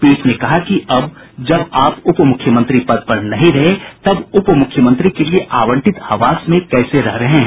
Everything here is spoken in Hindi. पीठ ने कहा कि अब जब आप उप मुख्यमंत्री पद पर नहीं रहे तब उप मुख्यमंत्री के लिए आवंटित आवास में कैसे रह रहे हैं